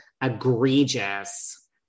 egregious